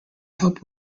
help